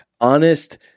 honest